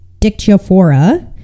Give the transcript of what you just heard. Dictyophora